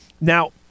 Now